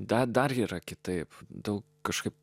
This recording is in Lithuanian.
dar yra kitaip daug kažkaip